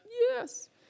yes